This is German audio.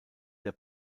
der